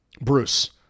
Bruce